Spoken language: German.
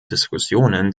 diskussionen